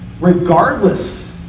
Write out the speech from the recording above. regardless